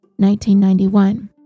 1991